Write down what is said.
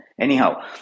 anyhow